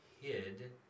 hid